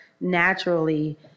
naturally